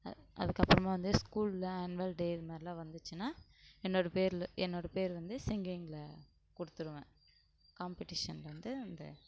அதுக்கப்புறமா வந்து ஸ்கூலில் ஆன்வல்டே இதுமாதிரிலாம் வந்துச்சுன்னா என்னோடய பேரில் என்னோடய பேர் வந்து சிங்கிங்கில் கொடுத்துருவேன் காம்படீஷனில் வந்து அந்த